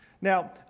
Now